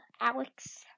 Alex